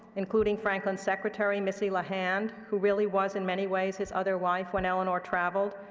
including franklin's secretary missy lehand, who really was, in many ways, his other wife when eleanor traveled,